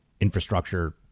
infrastructure